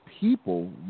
people